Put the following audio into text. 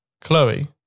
Chloe